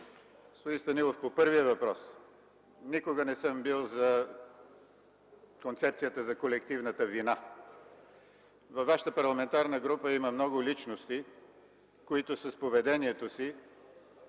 Господин Станилов, по първия въпрос, никога не съм бил за концепцията за колективната вина. Във вашата парламентарна група има много личности, които с поведението си,